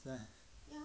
!aiya!